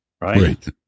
right